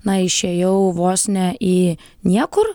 na išėjau vos ne į niekur